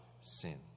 sin